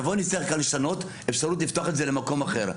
נבוא, תצטרך לשנות, אפשרות לפתוח את זה למקום אחר.